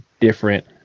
different